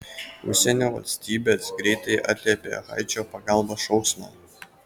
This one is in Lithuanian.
užsienio valstybės greitai atliepė haičio pagalbos šauksmą